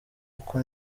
uko